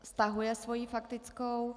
Stahuje svou faktickou.